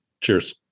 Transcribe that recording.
cheers